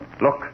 Look